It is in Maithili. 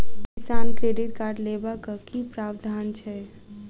किसान क्रेडिट कार्ड लेबाक की प्रावधान छै?